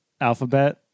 alphabet